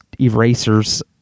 erasers